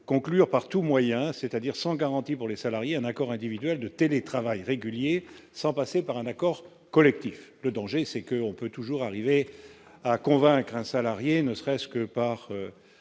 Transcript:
conclure par tous moyens, c'est-à-dire sans garanties pour les salariés, un accord individuel de télétravail régulier, sans passer par un accord collectif, le danger c'est que on peut toujours arriver à convaincre un salarié ne serait-ce que par